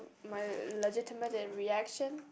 my legitimate reaction